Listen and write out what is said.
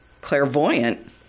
Clairvoyant